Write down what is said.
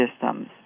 systems